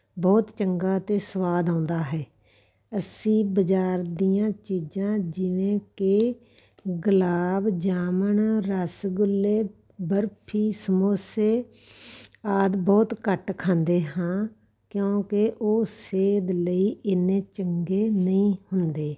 ਬਹੁਤ ਚੰਗਾ ਅਤੇ ਸਵਾਦ ਆਉਂਦਾ ਹੈ ਅਸੀਂ ਬਜ਼ਾਰ ਦੀਆਂ ਚੀਜ਼ਾਂ ਜਿਵੇਂ ਕਿ ਗੁਲਾਬ ਜਾਮਣ ਰਸਗੁੱਲੇ ਬਰਫੀ ਸਮੋਸੇ ਆਦਿ ਬਹੁਤ ਘੱਟ ਖਾਂਦੇ ਹਾਂ ਕਿਉਂਕਿ ਉਹ ਸਿਹਤ ਲਈ ਇੰਨੇ ਚੰਗੇ ਨਹੀਂ ਹੁੰਦੇ